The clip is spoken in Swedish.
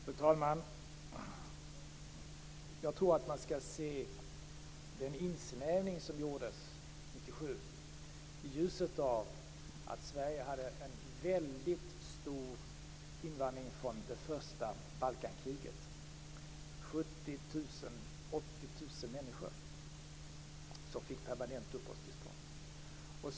Fru talman! Jag tror att man skall se den insnävning som gjordes 1997 i ljuset av att Sverige hade en väldigt stor invandring från det första Balkankriget. Det var 70 000-80 000 människor som fick permanent uppehållstillstånd.